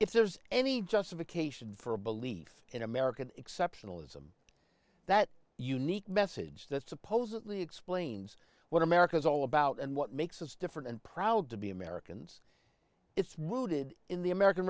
if there's any justification for a belief in american exceptionalism that unique message that supposedly explains what america's all about and what makes us different and proud to be americans it's rooted in the american